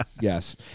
yes